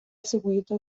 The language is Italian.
seguito